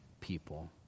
people